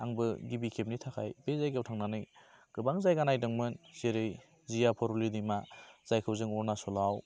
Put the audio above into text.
आंबो गिबि खेबनि थाखाय बे जायगायाव थांनानै गोबां जायगा नायदोंमोन जेरै जिया भरुलि दैमा जायखौ जों अरुणाचलाव